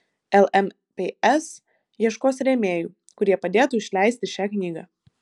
lmps ieškos rėmėjų kurie padėtų išleisti šią knygą